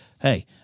Hey